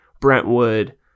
Brentwood